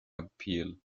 appeal